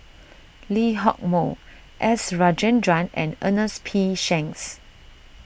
Lee Hock Moh S Rajendran and Ernest P Shanks